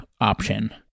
option